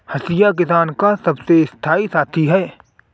हंसिया किसान का सबसे स्थाई साथी है